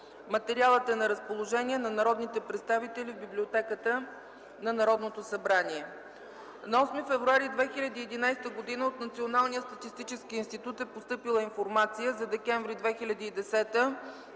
Материалът е на разположение на народните представители в Библиотеката на Народното събрание. На 8 февруари 2011 г. от Националния статистически институт е постъпила информация за м. декември 2010